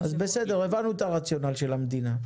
בסדר, הבנו את הרציונל של המדינה.